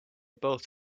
both